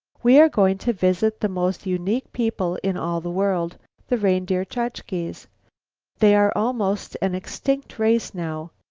we are going to visit the most unique people in all the world the reindeer chukches. they are almost an extinct race now,